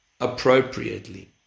appropriately